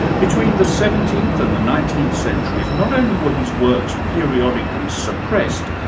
between the seventeenth and the nineteenth centuries, not only were his works periodically suppressed,